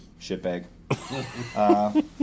Shitbag